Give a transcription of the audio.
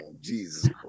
Jesus